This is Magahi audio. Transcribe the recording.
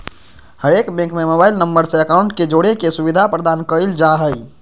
हरेक बैंक में मोबाइल नम्बर से अकाउंट के जोड़े के सुविधा प्रदान कईल जा हइ